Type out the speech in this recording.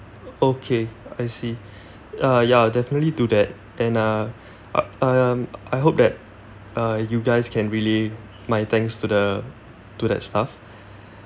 okay I see uh ya I'll definitely do that and uh I I um I hope that uh you guys can relay my thanks to the to that staff